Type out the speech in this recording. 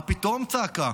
מה פתאום, צעקה.